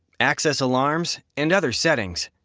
access alarms and other settings.